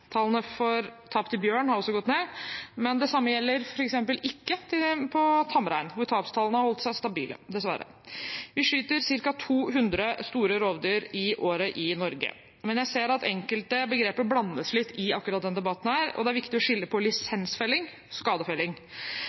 Tallene for tap til bjørn har også gått ned, men det samme gjelder f.eks. ikke for tamrein, hvor tapstallene har holdt seg stabile, dessverre. Vi skyter ca. 200 store rovdyr i året i Norge, men jeg ser at enkelte begreper blandes litt i akkurat den debatten, og det er viktig å skille mellom lisensfelling og skadefelling.